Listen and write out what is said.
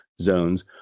zones